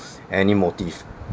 any motive